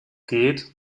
geht